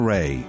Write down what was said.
Ray